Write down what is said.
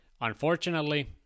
unfortunately